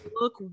look